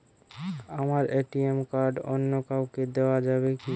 আমার ATM card অন্য কাউকে দেওয়া যাবে কি?